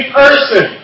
person